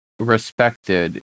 Respected